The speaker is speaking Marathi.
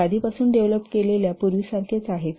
हे आधीपासून डेव्हलप केलेल्या पूर्वीसारखेच आहे